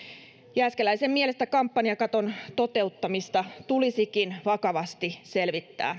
jääskeläisen mielestä kampanjakaton toteuttamista tulisikin vakavasti selvittää